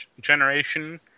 generation